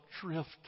drift